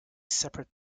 separate